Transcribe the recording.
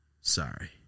Sorry